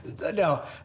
no